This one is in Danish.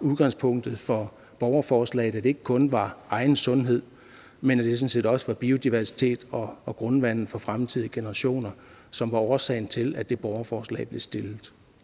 udgangspunktet for borgerforslaget ikke kun var, at det var for egen sundheds skyld. Det var sådan set også hensynet til biodiversiteten og grundvandet til fremtidige generationer, som var årsagen til, at det her borgerforslag blev fremsat.